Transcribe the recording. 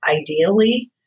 ideally